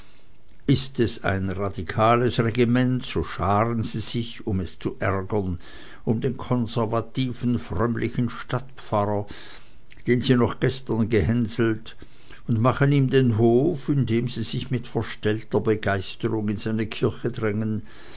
ist es ein radikales regiment so scharen sie sich um es zu ärgern um den konservativen frömmlichen stadtpfarrer den sie noch gestern gehänselt und machen ihm den hof indem sie sich mit verstellter begeisterung in seine kirche drängen